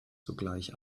sogleich